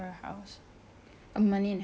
for me it's hard to choose one